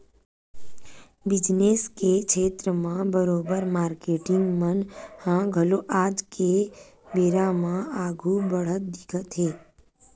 business के छेत्र म बरोबर मारकेटिंग मन ह घलो आज के बेरा म आघु बड़हत दिखत हे